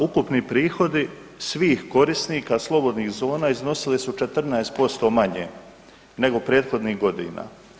Ukupni prihodi svih korisnika slobodnih zona iznosili su 14% manje nego prethodnih godina.